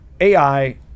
ai